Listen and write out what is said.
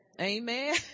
Amen